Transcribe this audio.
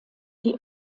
die